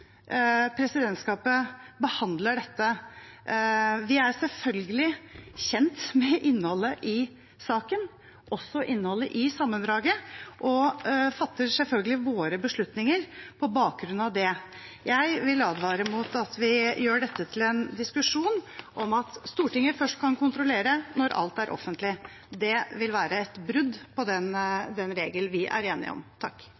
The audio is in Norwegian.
presidentskapet behandler dette. Vi er selvfølgelig kjent med innholdet i saken, også innholdet i sammendraget, og fatter selvfølgelig våre beslutninger på bakgrunn av det. Jeg vil advare mot at vi gjør dette til en diskusjon om at Stortinget først kan kontrollere når alt er offentlig. Det vil være et brudd på den regel vi er enige om.